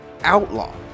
outlaw